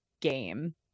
game